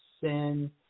sin